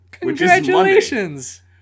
Congratulations